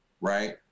right